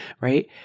Right